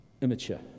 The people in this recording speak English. immature